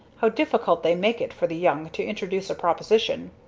how difficult they make it for the young to introduce a proposition.